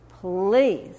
Please